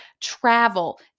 travel